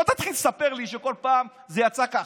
לא תתחיל לספר לי שכל פעם זה יצא ככה.